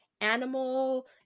animal